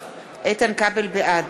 בעד